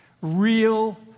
real